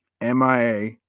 MIA